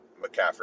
McCaffrey